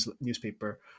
newspaper